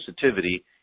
sensitivity